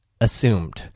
assumed